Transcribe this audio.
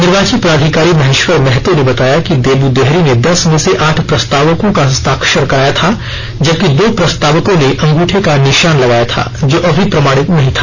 निर्वाची पदाधिकारी महेश्वर महतो ने बताया कि देव देहरी ने दस में से आठ प्रस्तावकों का हस्ताक्षर कराया था जबकि दो प्रस्तावकों ने अंगूठे का निशान लगाया था जो अभिप्रमाणित नहीं था